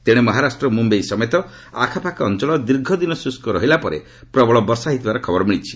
ତେଣେ ମହାରାଷ୍ଟ୍ରର ମୁମ୍ଭାଇ ସମେତ ଆଖପାଖ ଅଞ୍ଚଳ ଦୀର୍ଘଦିନ ଶୁଷ୍କ ରହିଲା ପରେ ପ୍ରବଳ ବର୍ଷା ହୋଇଥିବାର ଖବର ମିଳିଛି